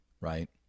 right